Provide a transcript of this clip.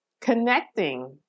connecting